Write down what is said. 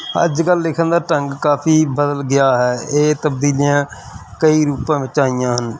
ਅੱਜ ਕੱਲ੍ਹ ਲਿਖਣ ਦਾ ਢੰਗ ਕਾਫੀ ਬਦਲ ਗਿਆ ਹੈ ਇਹ ਤਬਦੀਲੀਆਂ ਕਈ ਰੂਪਾਂ ਵਿੱਚ ਆਈਆਂ ਹਨ